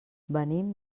venim